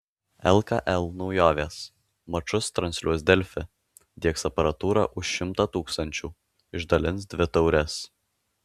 lkl naujovės mačus transliuos delfi diegs aparatūrą už šimtą tūkstančių išdalins dvi taures